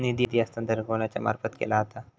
निधी हस्तांतरण कोणाच्या मार्फत केला जाता?